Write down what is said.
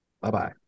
Bye-bye